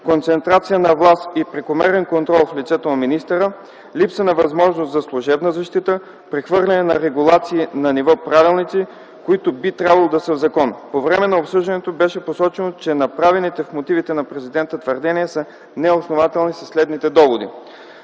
концентрацията на власт и прекомерен контрол в лицето на министъра, липса на възможности за служебна защита, прехвърляне на регулации на ниво правилници, които би трябвало да са в закона. По време на обсъждането беше посочено, че направените в мотивите на президента твърдения са неоснователни със следните доводи: